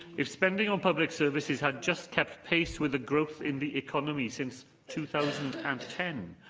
if spending on public services had just kept pace with the growth in the economy since two thousand and ten,